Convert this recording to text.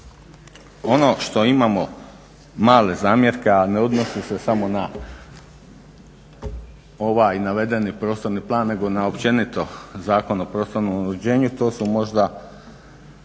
Ono što imamo male zamjerke, a ne odnosi se samo na ovaj navedeni prostorni plan, nego na općenito Zakon o prostornom uređenju, to su možda